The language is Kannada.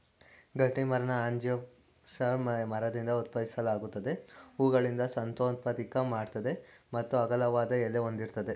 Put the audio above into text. ಗಟ್ಟಿಮರನ ಆಂಜಿಯೋಸ್ಪರ್ಮ್ ಮರದಿಂದ ಉತ್ಪಾದಿಸಲಾಗ್ತದೆ ಹೂವುಗಳಿಂದ ಸಂತಾನೋತ್ಪತ್ತಿ ಮಾಡ್ತದೆ ಮತ್ತು ಅಗಲವಾದ ಎಲೆ ಹೊಂದಿರ್ತದೆ